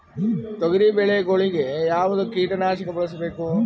ತೊಗರಿಬೇಳೆ ಗೊಳಿಗ ಯಾವದ ಕೀಟನಾಶಕ ಬಳಸಬೇಕು?